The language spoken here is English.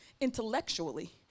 intellectually